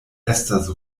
estas